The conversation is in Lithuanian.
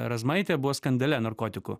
razmaitė buvo skandale narkotikų